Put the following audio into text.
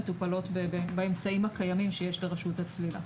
מטופלות באמצעים הקיימים שיש לרשות הצלילה.